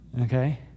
Okay